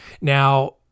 Now